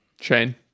shane